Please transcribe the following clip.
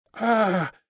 Ah